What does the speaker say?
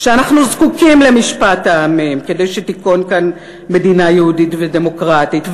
שאנחנו זקוקים למשפט העמים כדי שתיכון כאן מדינה יהודית ודמוקרטית.